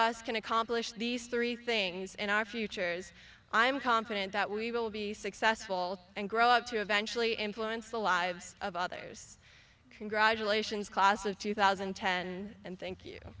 us can accomplish these three things in our futures i am confident that we will be successful and grow up to eventually influence the lives of others congratulations class of two thousand and ten and thank you